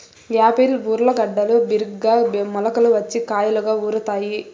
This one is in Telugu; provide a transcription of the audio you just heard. యాపిల్ ఊర్లగడ్డలు బిరిగ్గా మొలకలు వచ్చి కాయలుగా ఊరుతాయి